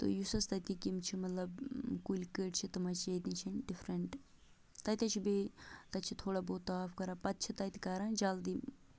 تہٕ یُس حظ تَتِکۍ یِم چھِ مطلب کُلۍ کٔٹۍ چھِ تم حظ چھِ ییٚتہِ نِش ڈِفرَنٹ تَتہِ حظ چھِ بیٚیہِ تَتہِ چھِ تھوڑا بہت تاپھ کران پَتہٕ چھِ تَتہِ کران جلدی